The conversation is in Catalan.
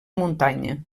muntanya